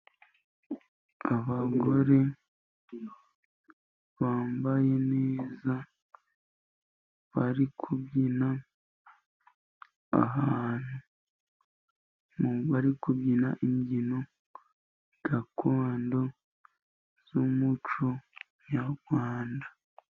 Abagore bambaye neza, bari kubyina ahantu. Bari kubyina imbyino gakondo z'umuco nyarwanda.